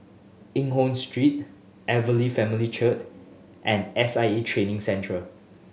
Eng Hoon Street Evangel Family Church and S I A Training Centre